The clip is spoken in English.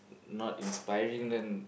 not inspiring then